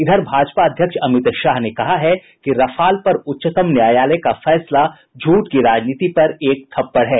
इधर भाजपा अध्यक्ष अमित शाह ने कहा है कि रफाल पर उच्चतम न्यायालय का फैसला झूठ की राजनीति पर एक थप्पड़ है